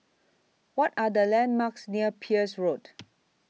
What Are The landmarks near Peirce Road